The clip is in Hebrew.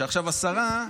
השרה,